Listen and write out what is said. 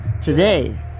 Today